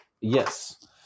Yes